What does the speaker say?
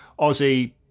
Aussie